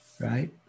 right